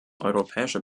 europäische